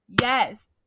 Yes